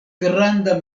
granda